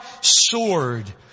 sword